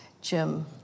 Jim